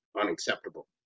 unacceptable